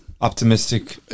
Optimistic